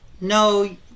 No